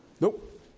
Nope